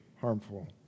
harmful